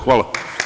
Hvala.